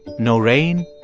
no rain,